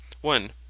one